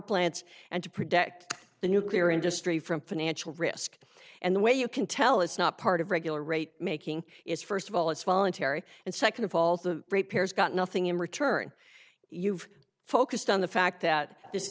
plants and to protect the nuclear industry from financial risk and the way you can tell it's not part of regular rate making is first of all it's voluntary and second of all the repairs got nothing in return you've focused on the fact that